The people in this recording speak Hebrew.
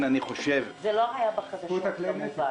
זה לא היה בחדשות כמובן.